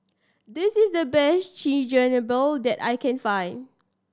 this is the best Chigenabe that I can find